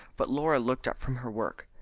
but laura looked up from her work.